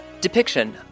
depiction